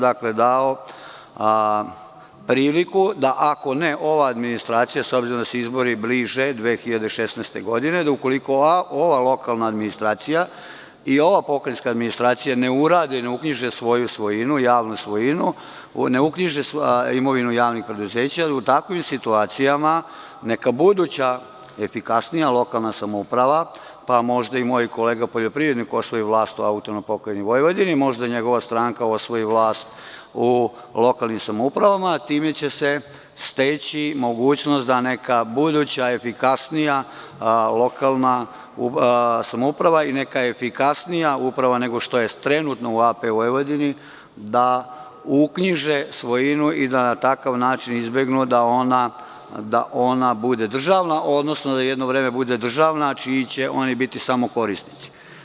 Dao je priliku da ako ne ova administracija, s obzirom da se izbori bliže 2016. godine, da ukoliko ova lokalna administracija i ova pokrajinska administracija ne urade i ne uknjiže svoju svojinu, javnu svojinu, ne uknjiže imovinu javnih preduzeća, da u takvim situacijama neka buduća efikasnija lokalna samouprava, možda i moj kolega poljoprivrednik osvoji vlast u AP Vojvodini, možda njegova stranka osvoji vlast u lokalnim samoupravama i time će se steći mogućnosti da neka buduća efikasnija lokalna samouprava i neka efikasnija uprava nego što je trenutno u AP Vojvodini da uknjiže svojinu i da na takav način izbegnu da ona bude državna, odnosno da jedno vreme bude državna čiji će oni biti samo korisnici.